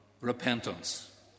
repentance